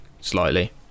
slightly